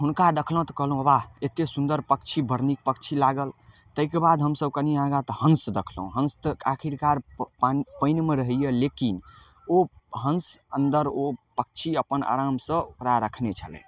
हुनका देखलहुँ तऽ कहलहुँ वाह एते सुन्दर पक्षी बड़ नीक पक्षी लागल तैके बाद हमसब कनी आगाँ तऽ हंस देखलहुँ हंस तऽ आखिरकार पानि पानिमे रहैये लेकिन ओ हंस अन्दर ओ पक्षी अपन आरामसँ ओकरा रखने छलथि